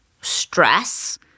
stress